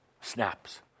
snaps